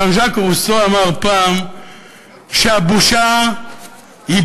ז'אן-ז'אק רוסו אמר פעם שהבושה היא